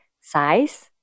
size